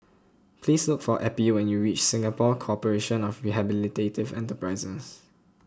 please look for Eppie when you reach Singapore Corporation of Rehabilitative Enterprises